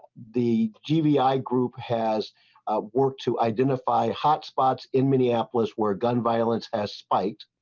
the gbi group has worked to identify hotspots in minneapolis where gun violence has spiked